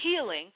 healing